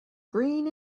green